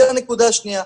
זה לנקודה השנייה.